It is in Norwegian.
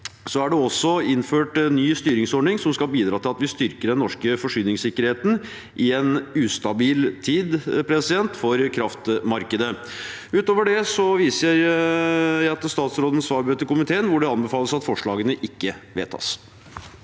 Det er også innført en ny styringsordning som skal bidra til at vi styrker den norske forsyningssikkerheten i en ustabil tid for kraftmarkedet. Utover det viser jeg til statsrådens svarbrev til komiteen, hvor det anbefales at forslagene ikke vedtas.